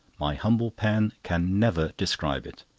my humble pen can never describe it.